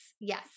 Yes